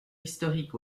historiques